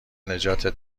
نجاتت